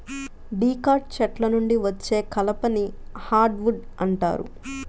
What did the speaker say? dicot చెట్ల నుండి వచ్చే కలపని హార్డ్ వుడ్ అంటారు